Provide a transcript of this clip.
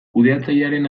kudeatzailearen